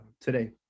today